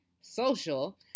social